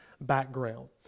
background